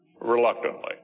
reluctantly